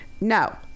no